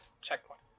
Checkpoint